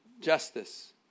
Justice